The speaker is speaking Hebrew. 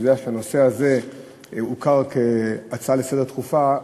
ואתה יודע שהנושא הזה הוכר כהצעה דחופה לסדר-היום,